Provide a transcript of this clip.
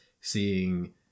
seeing